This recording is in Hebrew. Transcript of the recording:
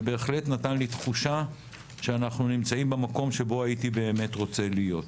זה בהחלט נתן לי תחושה שאנחנו נמצאים במקום שבו הייתי באמת רוצה להיות.